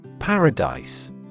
Paradise